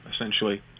essentially